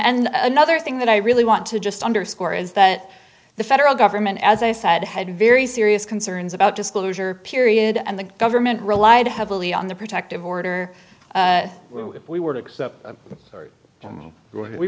and another thing that i really want to just underscore is that the federal government as i said had a very serious concerns about disclosure period and the government relied heavily on the protective order if we were to accept